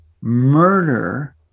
murder